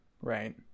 right